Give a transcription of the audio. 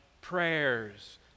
prayers